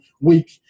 week